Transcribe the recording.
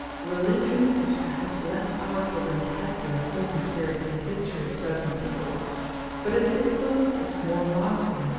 religion is perhaps less powerful than it has been at certain periods in the history of certain peoples but its influence is more lasting.